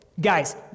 guys